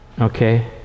Okay